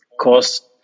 cost